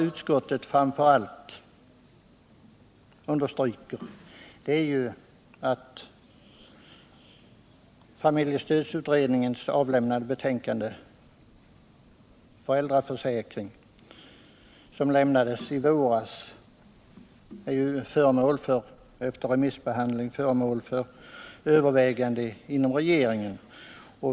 Utskottet understryker att familjestödsutredningens betänkande Föräldraförsäkring, som avlämnades i våras, nu efter remissbehandling är föremål för övervägande inom regeringen.